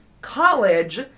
college